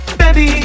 baby